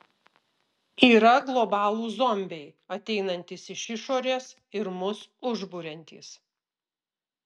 yra globalūs zombiai ateinantys iš išorės ir mus užburiantys